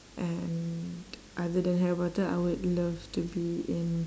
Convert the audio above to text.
and other than harry potter I would love to be in